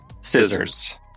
Scissors